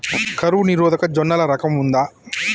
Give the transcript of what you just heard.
కరువు నిరోధక జొన్నల రకం ఉందా?